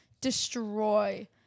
destroy